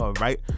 Right